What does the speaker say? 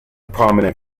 prominent